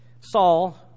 Saul